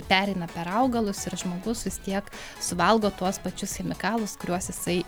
pereina per augalus ir žmogus vis tiek suvalgo tuos pačius chemikalus kuriuos jisai